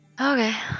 Okay